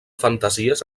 fantasies